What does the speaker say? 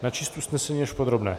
Načíst usnesení až v podrobné.